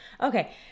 Okay